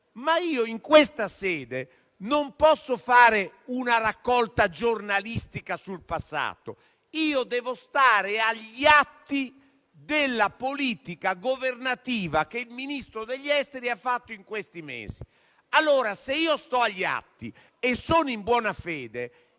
Cina. In questa sede, però, non posso fare una raccolta giornalistica sul passato. Io devo stare agli atti della politica governativa che il Ministro degli esteri ha portato avanti in questi mesi. Se sto agli atti e sono in buona fede,